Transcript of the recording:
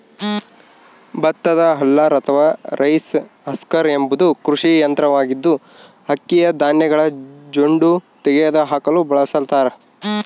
ಭತ್ತದ ಹಲ್ಲರ್ ಅಥವಾ rice husker ಎಂಬುದು ಕೃಷಿ ಯಂತ್ರವಾಗಿದ್ದು, ಅಕ್ಕಿಯ ಧಾನ್ಯಗಳ ಜೊಂಡು ತೆಗೆದುಹಾಕಲು ಬಳಸತಾರ